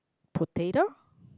potato